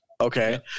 Okay